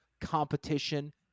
competition